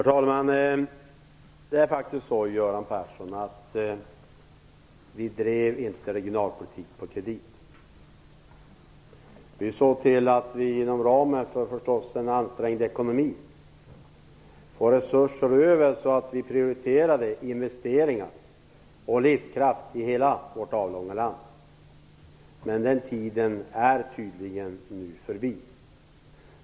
Herr talman! Vi bedrev inte, Göran Persson, regionalpolitik på kredit. Vi såg till att vi inom ramen för en ansträngd ekonomi fick resurser över för att prioritera investeringar som ger livskraft i hela vårt avlånga land. Men den tiden är tydligen förbi.